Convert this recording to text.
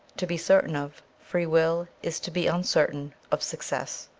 to be certain of free will is to be uncertain of success.